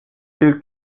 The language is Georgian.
ჯერ